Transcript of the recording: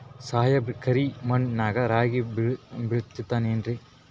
ಸಾಹೇಬ್ರ, ಕರಿ ಮಣ್ ನಾಗ ರಾಗಿ ಬೆಳಿತದೇನ್ರಿ?